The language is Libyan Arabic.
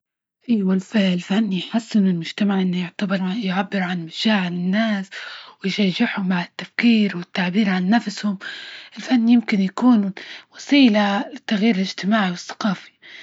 أيوا الف- الفن يحسن المجتمع، إنه يعتبر يعبر عن مشاعر الناس ويشجعهم على التفكير والتعبير عن نفسهم، الفن يمكن يكون وسيلة للتغيير الاجتماعي والثقافي.